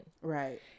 Right